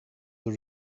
the